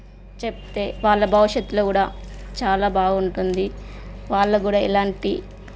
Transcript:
చెప్తే వాళ్ళ భవిష్యత్తులో కూడా చాలా బాగుంటుంది వాళ్ళు కూడా ఇలాంటి